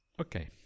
Okay